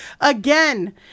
again